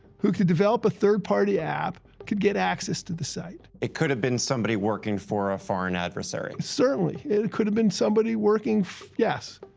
who could develop a third-party app could get access to the site. jacoby it could have been somebody working for a foreign adversary. certainly. it could have been somebody working. yes,